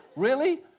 really?